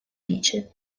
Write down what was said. region